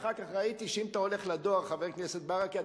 זה אומר רק דבר אחד,